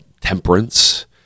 temperance